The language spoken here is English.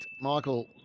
Michael